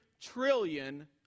trillion